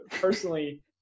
personally